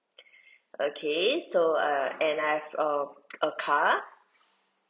okay so err and I have a a car